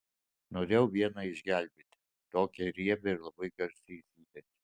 norėjau vieną išgelbėti tokią riebią ir labai garsiai zyziančią